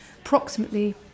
approximately